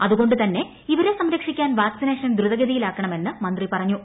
അതുകൊണ്ടു തന്നെ ഇവരെ സംരക്ഷിക്കാൻ വാക്സിനേഷൻ ദ്രുതഗതിയിലാക്കണമെന്ന് മന്ത്രി പറഞ്ഞു